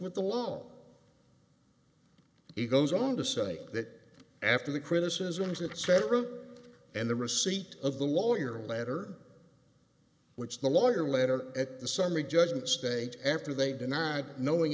with the law he goes on to say that after the criticisms of sarah and the receipt of the lawyer letter which the lawyer letter at the summary judgment stage after they denied knowing